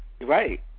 Right